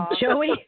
Joey